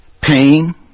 pain